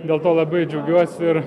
dėl to labai džiaugiuosi ir